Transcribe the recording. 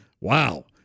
Wow